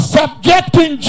subjecting